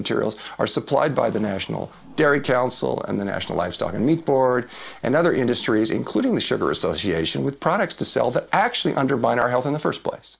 materials are supplied by the national dairy child soul and the national livestock meat board and other industries including the sugar association with products to sell that actually undermine our health in the first place